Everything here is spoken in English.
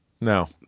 No